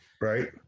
right